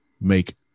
make